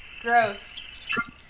gross